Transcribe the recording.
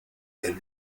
che